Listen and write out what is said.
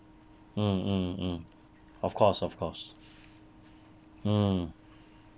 mm mm mm of course of course mm